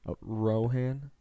Rohan